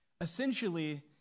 Essentially